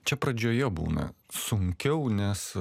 čia pradžioje būna sunkiau nes